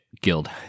Guild